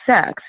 sex